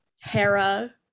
Hera